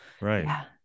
right